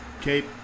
Cape